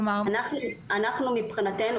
אנחנו מבחינתנו,